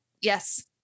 yes